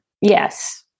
Yes